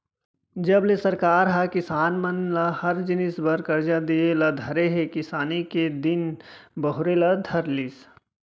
जब ले सरकार ह किसान मन ल हर जिनिस बर करजा दिये ल धरे हे किसानी के दिन बहुरे ल धर लिस